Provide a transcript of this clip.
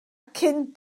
cyn